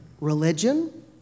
religion